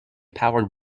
powered